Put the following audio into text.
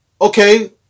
Okay